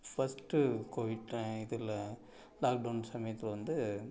first Covid டயத்தில் lockdown சமயத்தில் வந்து